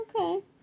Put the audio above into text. okay